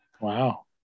Wow